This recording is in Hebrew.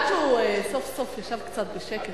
עד שהוא סוף-סוף ישב קצת בשקט,